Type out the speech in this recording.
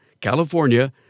California